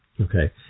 Okay